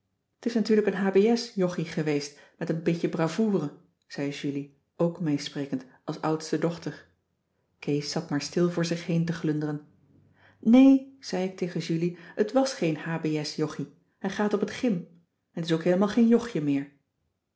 t is natuurlijk een h b s joggie geweest met een beetje bravoure zei julie ook meesprekend als oudste dochter kees zat maar stil voor zich heen te glunderen nee zei ik tegen julie t was geen h b s joggie hij gaat op t gym en t is ook heelemaal geen jogje meer